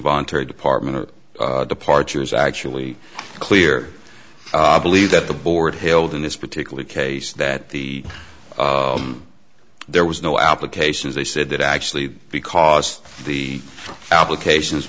voluntary department of departure is actually clear believe that the board held in this particular case that the there was no applications they said that actually because the applications